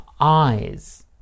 eyes